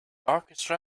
orchestra